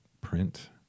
print